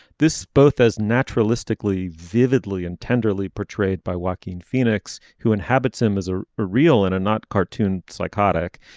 this both as naturalistic lee vividly and tenderly portrayed by walking phoenix who inhabits him as ah a real and a not cartoon psychotic.